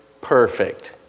perfect